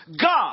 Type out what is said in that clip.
God